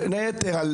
בין היתר,